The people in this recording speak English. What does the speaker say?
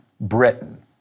Britain